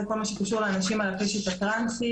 כל מה שקשור לאנשים על הקשת הטרנסית.